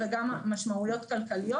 וגם משמעויות כלכליות.